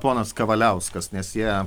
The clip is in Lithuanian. ponas kavaliauskas nes jie